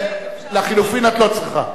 לחלופין את לא צריכה.